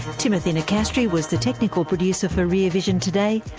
timothy nicastri was the technical producer for rear vision today.